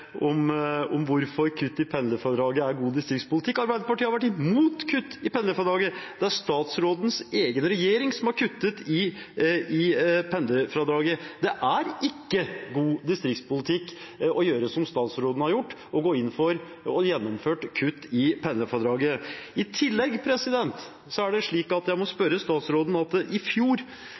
kutt i pendlerfradraget er god distriktspolitikk. Arbeiderpartiet har vært mot kutt i pendlerfradraget. Det er statsrådens egen regjering som har kuttet i pendlerfradraget. Det er ikke god distriktspolitikk å gjøre som statsråden har gjort, å gå inn for og gjennomføre kutt i pendlerfradraget. I tillegg må jeg spørre statsråden om kommuneoppgjøret i fjor, som var det dårligste på 15 år. I